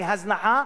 מהזנחה,